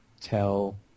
tell